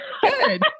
Good